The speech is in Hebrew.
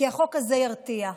כי החוק הזה ירתיע.